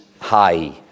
high